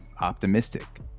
optimistic